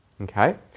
okay